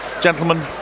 gentlemen